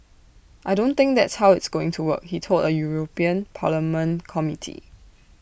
I don't think that's how it's going to work he told A european parliament committee